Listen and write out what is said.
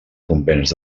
convenç